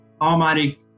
almighty